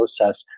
process